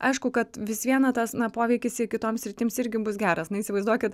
aišku kad vis viena tas na poveikis ir kitoms sritims irgi bus geras na įsivaizduokit